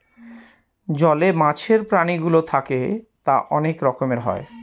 জলে মাছের প্রাণীগুলো থাকে তা অনেক রকমের হয়